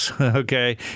okay